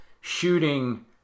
shooting